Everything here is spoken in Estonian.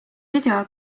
video